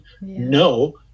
No